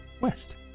West